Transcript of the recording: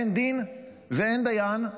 אין דין ואין דיין,